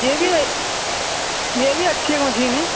یہ بھی یہ بھی اچھی مشین ہے